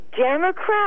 Democrat